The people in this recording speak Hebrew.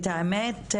את האמת,